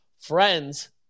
Friends